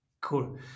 Cool